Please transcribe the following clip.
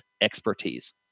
expertise